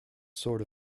sort